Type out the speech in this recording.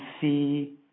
see